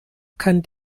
kann